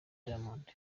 diamond